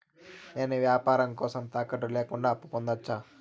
నేను వ్యాపారం కోసం తాకట్టు లేకుండా అప్పు పొందొచ్చా?